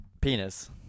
Penis